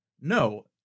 No